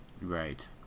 Right